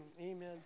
Amen